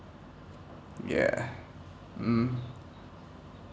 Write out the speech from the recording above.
yeah mm